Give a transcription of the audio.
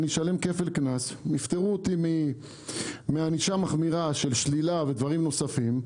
אני אשלם כפל קנס ויפטרו אותי מענישה מחמירה של שלילה ודברים נוספים,